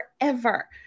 forever